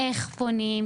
איך פונים?